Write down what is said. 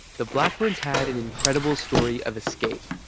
the blackburns had an incredible story of escape.